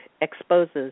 exposes